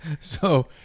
So-